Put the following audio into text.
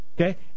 okay